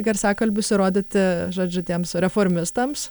garsiakalbius įrodyti žodžiu tiems reformistams